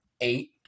eight